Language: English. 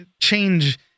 change